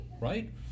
right